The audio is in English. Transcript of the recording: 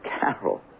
Carol